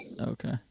Okay